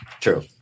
true